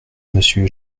monsieur